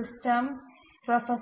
cyclic